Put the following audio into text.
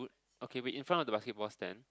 okay wait in front of the basketball stand